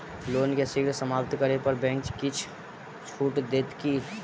loan केँ शीघ्र समाप्त करै पर बैंक किछ छुट देत की